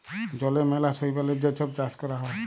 জলে ম্যালা শৈবালের যে ছব চাষ ক্যরা হ্যয়